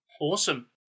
Awesome